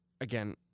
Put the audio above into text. Again